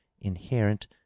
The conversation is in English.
inherent